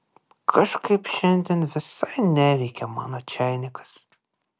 kažkaip šiandien visai neveikia mano čeinikas